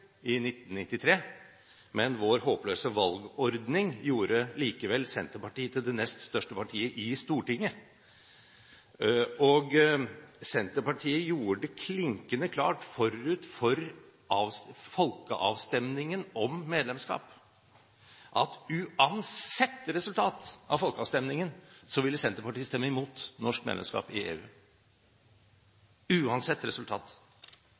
i 1993, men vår håpløse valgordning gjorde likevel Senterpartiet til det nest største partiet i Stortinget – gjorde det klinkende klart forut for folkeavstemningen om medlemskap at uansett resultat av folkeavstemningen ville Senterpartiet stemme imot norsk medlemskap i EU. Uansett resultat!